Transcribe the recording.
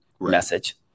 message